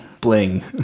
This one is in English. bling